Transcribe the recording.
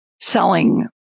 selling